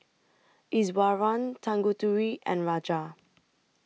Iswaran Tanguturi and Raja